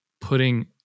putting